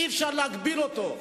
אי-אפשר להגביל אותו,